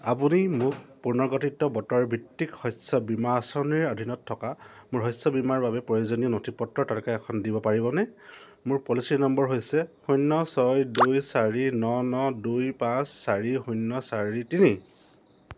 আপুনি মোক পুনৰ্গঠিত বতৰ ভিত্তিক শস্য বীমা আঁচনিৰ অধীনত থকা মোৰ শস্য বীমাৰ বাবে প্ৰয়োজনীয় নথিপত্ৰৰ তালিকা এখন দিব পাৰিবনে মোৰ পলিচী নম্বৰ হৈছে শূন্য ছয় দুই চাৰি ন ন দুই পাঁচ চাৰি শূন্য চাৰি তিনি